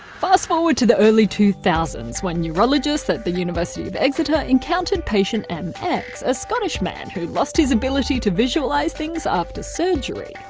fast forward to the early two thousand s when neurologists at the university of exeter encountered patient mx a scottish man who lost his ability to visualise things after surgery.